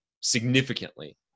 significantly